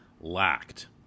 lacked